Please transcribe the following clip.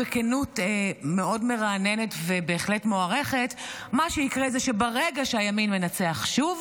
בכנות מרעננת מאוד ומוערכת בהחלט: מה שיקרה זה שברגע שהימין מנצח שוב,